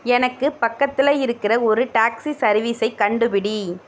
எனக்கு பக்கத்தில் இருக்கிற ஒரு டாக்ஸி சர்வீஸை கண்டுபிடி